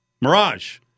Mirage